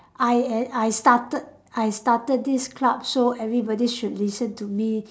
I at I started I started this club so everybody should listen to me